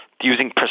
using